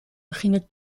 beginnen